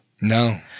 No